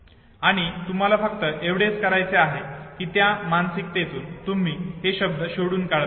आणि तुम्हाला फक्त एवढेच करायचे आहे की त्या मानसिकतेतून तुम्ही हे शब्द शोधून काढत रहा